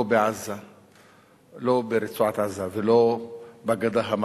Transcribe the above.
לא ברצועת-עזה ולא בגדה המערבית,